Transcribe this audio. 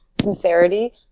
sincerity